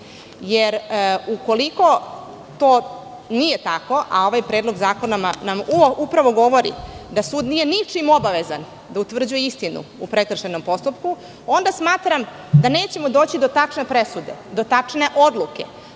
jer ukoliko to nije tako, a ovaj predlog zakona nam upravo govori da sud nije ničim obavezan da utvrđuje istinu u prekršajnom postupku, onda smatram da nećemo doći do tačne presude, do tačne odluke.